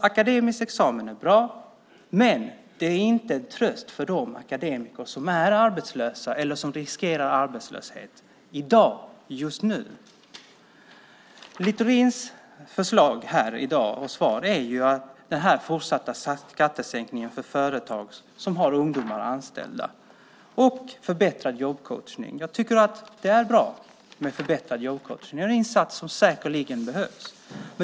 Akademisk examen är bra, men det är ingen tröst för de akademiker som är arbetslösa eller riskerar arbetslöshet i dag. Littorins förslag och svar här i dag är den fortsatta skattesänkningen för företag som har ungdomar anställda och förbättrad jobbcoachning. Det är bra med förbättrad jobbcoachning. Det är en insats som säkerligen behövs.